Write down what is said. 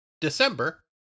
December